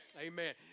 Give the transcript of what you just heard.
Amen